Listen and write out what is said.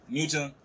Newton